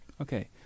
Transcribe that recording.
Okay